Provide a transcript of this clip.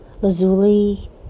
lazuli